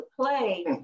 play